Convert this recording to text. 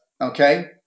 okay